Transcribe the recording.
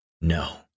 No